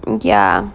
ya